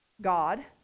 God